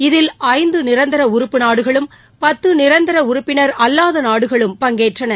இதில் ஐந்து நிரந்தர உறுப்பு நாடுகளும் பத்து நிரந்தர உறுப்பினர் அல்வாத நாடுகளும் பங்கேற்றன